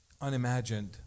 unimagined